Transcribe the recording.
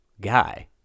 guy